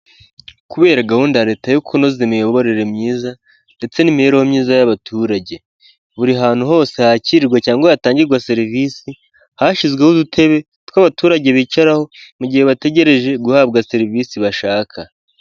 Kubera gahunda ya leta yo kunoza imiyoborere myiza, ndetse n'imibereho myiza y'abaturage; buri hantu hose hakirwa cyangwa hatangirwa serivisi, hashyizweho tw'abaturage bicaraho mu gihe bategereje guhabwa serivisi bashaka.